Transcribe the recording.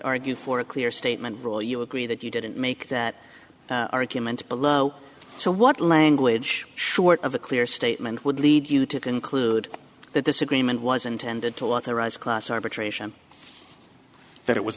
argue for a clear statement roy you agree that you didn't make that argument below so what language short of a clear statement would lead you to conclude that this agreement was intended to want to rise class arbitration that it was